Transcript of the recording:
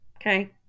okay